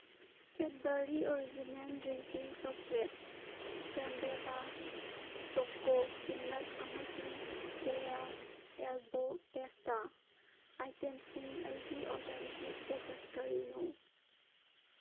Cadbury original drinking chocolate ꯐ꯭ꯔꯦꯝꯕꯦꯗꯥ choco peanut ꯑꯃꯁꯨꯡ ꯀꯦꯌꯥ ꯑꯦꯜꯕꯣ ꯄꯦꯁꯇꯥ ꯑꯥꯏꯇꯦꯝꯁꯤꯡ ꯑꯩꯒꯤ ꯑꯣꯔꯗꯔꯒꯤ ꯏꯁꯇꯦꯇꯁ ꯀꯔꯤꯅꯣ